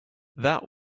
that